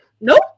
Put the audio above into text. Nope